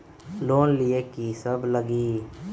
Loan लिए की सब लगी?